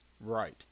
Right